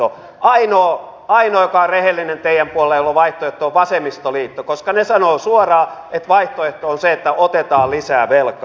ainoa joka on rehellinen teidän puolellanne ja jolla on vaihtoehto on vasemmistoliitto koska he sanovat suoraan että vaihtoehto on se että otetaan lisää velkaa